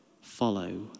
follow